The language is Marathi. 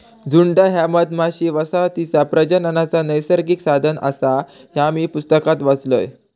झुंड ह्या मधमाशी वसाहतीचा प्रजननाचा नैसर्गिक साधन आसा, ह्या मी पुस्तकात वाचलंय